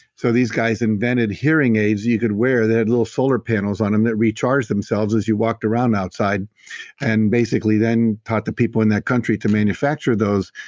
so these guys invented hearing aids you could wear, they had little solar panels on them that recharged themselves as you walked around outside and basically then taught the people in that country to manufacture those